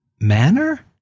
manner